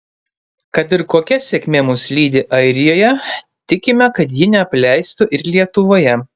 kad ir kokia sėkmė mus lydi airijoje tikime kad ji neapleistų ir lietuvoje